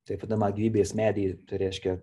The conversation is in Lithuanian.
taip vadinamą gyvybės medį tai reiškia